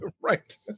right